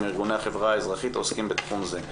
ארגוני החברה האזרחית העוסקים בתחום זה.